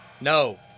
No